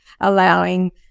allowing